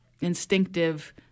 instinctive